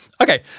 Okay